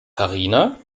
karina